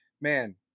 Man